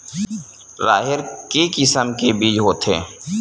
राहेर के किसम के बीज होथे?